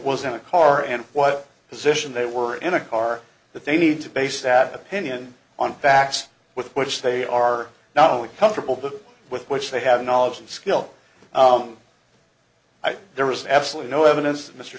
was in a car and what position they were in a car that they need to base that opinion on facts with which they are not only comfortable with which they have knowledge and skill there was absolutely no evidence